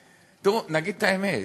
תראו, נגיד את האמת: